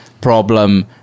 problem